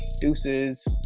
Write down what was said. Deuces